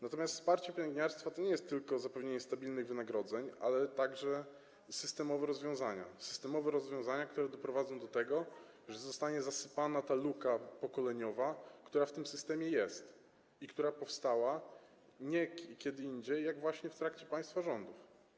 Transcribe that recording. Natomiast wsparcie pielęgniarstwa to nie tylko zapewnienie stabilnych wynagrodzeń, ale także systemowe rozwiązania, które doprowadzą do tego, że zostanie zapełniona ta luka pokoleniowa, która w tym systemie jest i która powstała nie kiedy indziej, jak właśnie w trakcie państwa rządów.